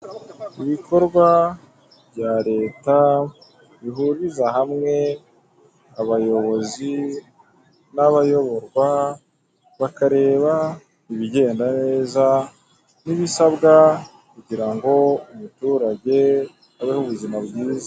Ibikorwa bya leta bihuriza hamwe abayobozi, n'abayoborwa bakareba ibigenda neza n'ibisabwa kugira ngo umuturage abeho ubuzima bwiza.